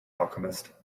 alchemist